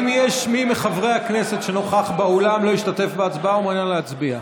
האם יש מי מחברי הכנסת שנוכח באולם ולא השתתף בהצבעה ומעוניין להצביע?